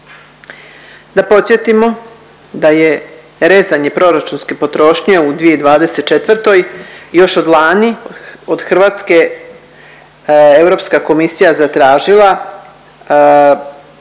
Da podsjetimo da je rezanje proračunske potrošnje u 2024. još od lani od Hrvatske Europska komisija zatražila da je,